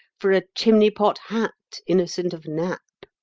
for a chimney-pot hat innocent of nap.